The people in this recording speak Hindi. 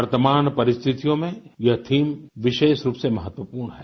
वर्तमान परिस्थितियों में यह थीम विशेष रूप से महत्वपूर्ण है